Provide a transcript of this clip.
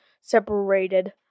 separated